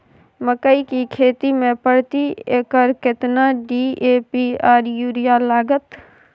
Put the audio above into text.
मकई की खेती में प्रति एकर केतना डी.ए.पी आर यूरिया लागत?